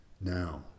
Now